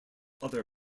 other